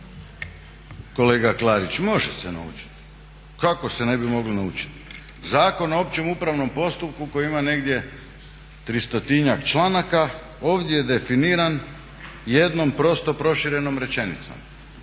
Kolega Klarić, može se naučiti. Kako se ne bi moglo naučiti? Zakon o općem upravnom postupku koji ima negdje tristotinjak članaka ovdje je definiran jednom prosto proširenom rečenicom.